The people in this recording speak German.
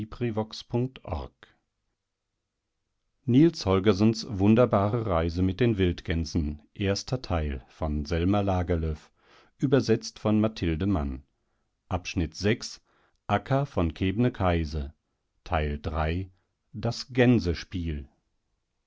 der mit den wildgänsen